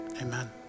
Amen